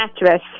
mattress